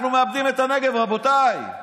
אנחנו מאבדים את הנגב, רבותיי.